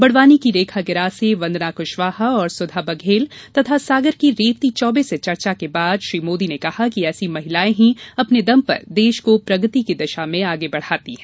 बड़वानी की रेखा गिरासे वंदना कुशवाहा और सुधा बघेल तथा सागर की रेवती चौबे से चर्चा के बाद श्री मोदी ने कहा कि ऐसी महिलाएं ही अपने दम पर देश को प्रगति की दिशा में आगे बढ़ाती हैं